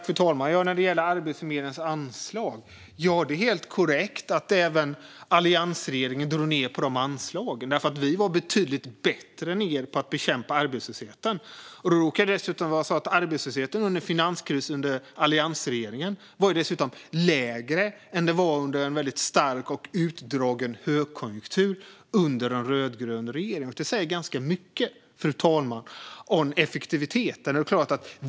Fru talman! När det gäller Arbetsförmedlingens anslag är det helt korrekt att även alliansregeringen drog ned på anslagen. Vi var nämligen betydligt bättre än ni på att bekämpa arbetslösheten, Serkan Köse. Dessutom råkade det vara så att arbetslösheten under finanskrisen på alliansregeringens tid var lägre än vad den var under en väldigt stark och utdragen högkonjunktur under en rödgrön regering. Det säger ganska mycket, fru talman, om effektiviteten.